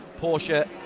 Porsche